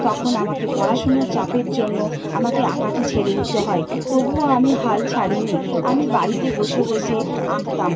তখন আমাকে পড়াশুনোর চাপের জন্য আমাকে আঁকাটি ছেড়ে দিতে হয় তবুও আমি হাল ছাড়িনি আমি বাড়িতে বসে বসে আঁকতাম